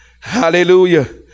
Hallelujah